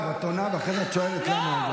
מירב, את עונה ואחרי זה את שואלת למה.